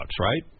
right